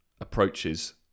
approaches